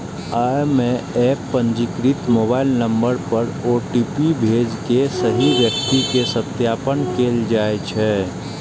अय मे एप पंजीकृत मोबाइल नंबर पर ओ.टी.पी भेज के सही व्यक्ति के सत्यापन कैल जाइ छै